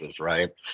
Right